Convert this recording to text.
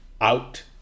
out